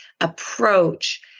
approach